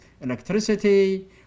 Electricity